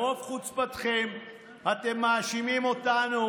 ברוב חוצפתכם אתם מאשימים אותנו,